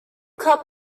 club